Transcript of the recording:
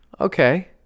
Okay